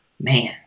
Man